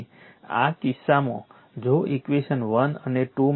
તેથી આ કિસ્સામાં જો ઈક્વેશન 1 અને 2